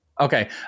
Okay